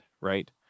right